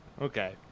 Okay